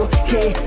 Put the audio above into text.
okay